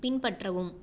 பின்பற்றவும்